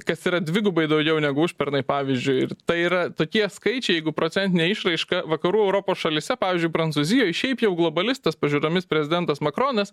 kas yra dvigubai daugiau negu užpernai pavyzdžiui ir tai yra tokie skaičiai jeigu procentine išraiška vakarų europos šalyse pavyzdžiui prancūzijoj šiaip jau globalistas pažiūromis prezidentas makronas